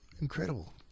incredible